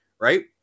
right